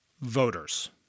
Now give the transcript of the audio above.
voters –